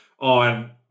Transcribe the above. on